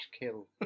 kill